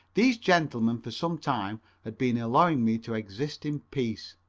these gentlemen for some time had been allowing me to exist in peace,